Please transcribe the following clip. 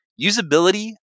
Usability